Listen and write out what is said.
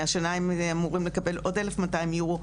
השנה הם אמורים לקבל עוד 1,200 אירו.